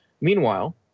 Meanwhile